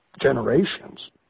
generations